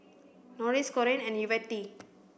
Norris Corene and Yvette